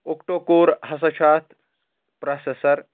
octa core ہسا چھُ اَتھ پرسیسر